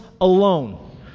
alone